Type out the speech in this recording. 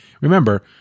Remember